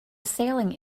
sailing